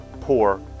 poor